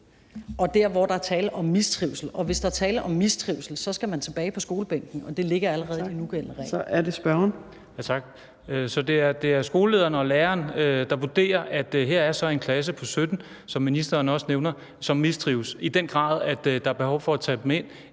og der, hvor der er tale om mistrivsel. Og hvis der er tale om mistrivsel, skal man tilbage på skolebænken. Og det ligger allerede i de nugældende regler. Kl. 15:27 Fjerde næstformand (Trine Torp): Tak. Så er det spørgeren. Kl. 15:27 Stén Knuth (V): Tak. Så det er skolelederen og læreren, der vurderer, at her er så en klasse på 17, som ministeren også nævner, som mistrives i en grad, så der er behov for at tage dem ind